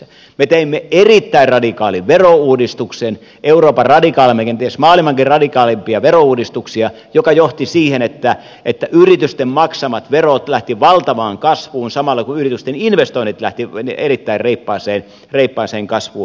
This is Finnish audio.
me teimme erittäin radikaalin verouudistuksen euroopan radikaaleimpia kenties maailmankin radikaaleimpia verouudistuksia mikä johti siihen että yritysten maksamat verot lähtivät valtavaan kasvuun samalla kun yritysten investoinnit lähtivät erittäin reippaaseen kasvuun